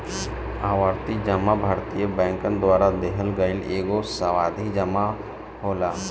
आवर्ती जमा भारतीय बैंकन द्वारा देहल गईल एगो सावधि जमा होला